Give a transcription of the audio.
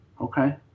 okay